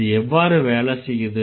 அது எவ்வாறு வேலை செய்யுது